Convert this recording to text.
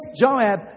Joab